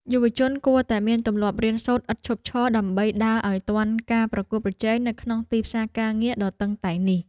យុវជនគួរតែមានទម្លាប់រៀនសូត្រឥតឈប់ឈរ ដើម្បីដើរឱ្យទាន់ការប្រកួតប្រជែងនៅក្នុងទីផ្សារការងារដ៏តឹងតែងនេះ។